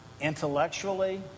intellectually